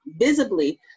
visibly